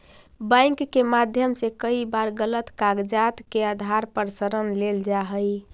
bank के माध्यम से कई बार गलत कागजात के आधार पर ऋण लेल जा हइ